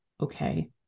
okay